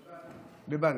דוד,